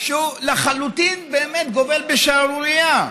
שלחלוטין באמת גובל בשערורייה.